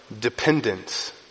dependence